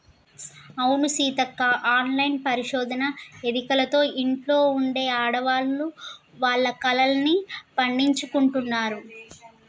అవును సీతక్క ఆన్లైన్ పరిశోధన ఎదికలతో ఇంట్లో ఉండే ఆడవాళ్లు వాళ్ల కలల్ని పండించుకుంటున్నారు